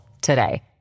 today